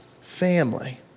family